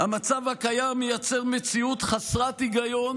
המצב הקיים יוצר מציאות חסרת היגיון